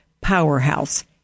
powerhouse